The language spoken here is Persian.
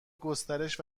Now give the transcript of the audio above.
گسترش